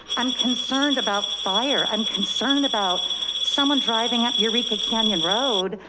i'm concerned about fire. i'm concerned about someone driving up eureka canyon road,